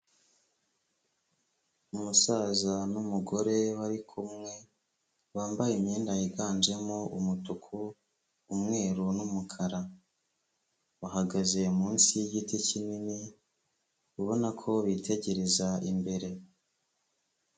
Umusaza n'umugore bari kumwe bambaye imyenda yiganjemo umutuku, umweru n'umukara, bahagaze munsi y'igiti kinini ubona ko bitegereza imbere.